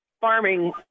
farming